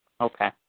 Okay